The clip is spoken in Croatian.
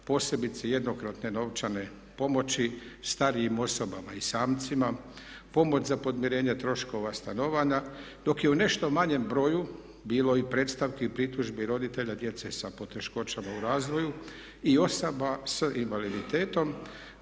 posebice jednokratne novčane pomoći starijim osobama i samcima, pomoć za podmirenje troškova stanovanja dok je u nešto manjem broju bilo i predstavki i pritužbi roditelja, djece sa poteškoćama u razvoju i osoba sa invaliditetom